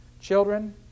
Children